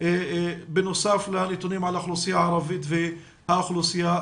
בנוסף לנתונים לגבי האוכלוסייה הערבית והחרדית.